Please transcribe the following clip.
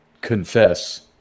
confess